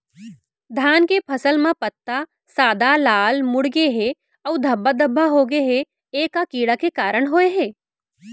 धान के फसल म पत्ता सादा, लाल, मुड़ गे हे अऊ धब्बा धब्बा होगे हे, ए का कीड़ा के कारण होय हे?